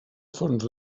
fons